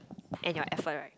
and your effort right